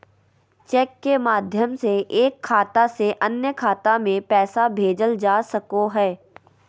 cheque के माध्यम से एक खाता से अन्य खाता में पैसा भेजल जा सको हय